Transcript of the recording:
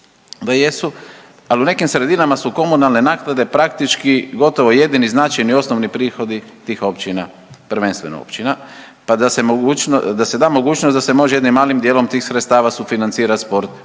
al u nekim sredinama su komunalne naknade praktički gotovo jedini značajni osnovni prihodi tih općina, prvenstveno općina, pa da se da mogućnost da se može jednim malim dijelom tih sredstava sufinancirat sport